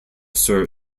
sir